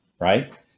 right